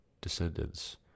descendants